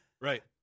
Right